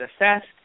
assessed